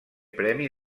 premi